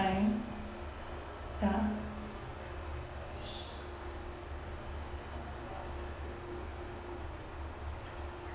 ya